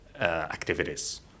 activities